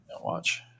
watch